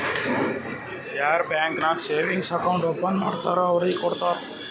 ಯಾರ್ ಬ್ಯಾಂಕ್ ನಾಗ್ savings account open ಮಾಡ್ತಾರ್ ಅವ್ರಿಗ ಕೊಡ್ತಾರ್